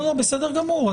לא, בסדר גמור.